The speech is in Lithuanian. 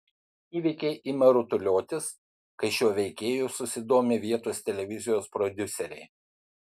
įvykiai ima rutuliotis kai šiuo veikėju susidomi vietos televizijos prodiuseriai